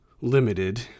limited